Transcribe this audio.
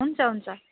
हुन्छ हुन्छ